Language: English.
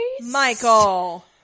Michael